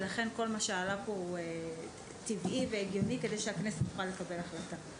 ולכן כל מה שעלה פה הוא טבעי והגיוני כדי שהכנסת תוכל לקבל החלטה.